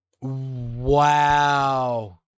Wow